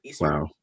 Wow